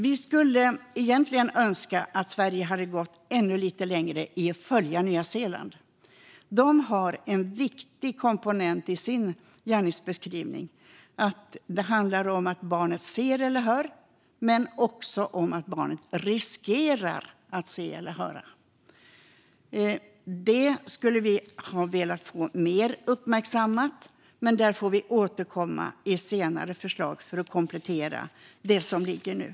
Vi önskar att Sverige hade gått ännu lite längre i att följa Nya Zeeland. De har en viktig komponent i sin gärningsbeskrivning. Det handlar inte bara om att barnet ser eller hör utan också om att barnet riskerar att se eller höra. Det hade vi velat få mer uppmärksammat, men vi får återkomma i senare förslag för att komplettera lagen.